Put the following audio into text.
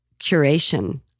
curation